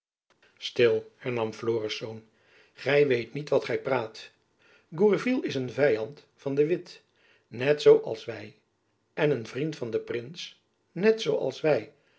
stil hernam florisz gy weet niet wat gy praat gourville is een vyand van de witt net zoo als wy en een vriend van den prins net zoo als wy